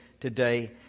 today